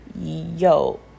yo